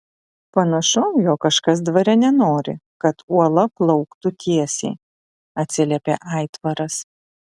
panašu jog kažkas dvare nenori kad uola plauktų tiesiai atsiliepė aitvaras